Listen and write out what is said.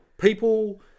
people